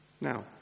Now